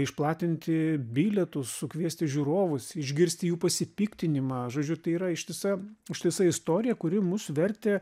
išplatinti bilietus sukviesti žiūrovus išgirsti jų pasipiktinimą žodžiu tai yra ištisa ištisa istorija kuri mus vertė